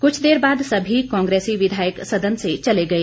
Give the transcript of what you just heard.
कुछ देर बाद सभी कांग्रेसी विधायक सदन से चले गए